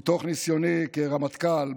מניסיוני כרמטכ"ל,